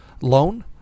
loan